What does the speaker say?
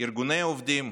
ארגוני עובדים,